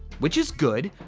which is good.